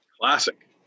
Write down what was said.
Classic